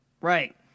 Right